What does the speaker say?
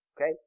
Okay